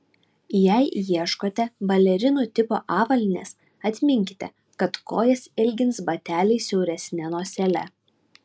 jei ieškote balerinų tipo avalynės atminkite kad kojas ilgins bateliai siauresne nosele